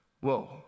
Whoa